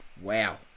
Wow